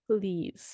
please